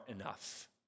enough